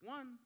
One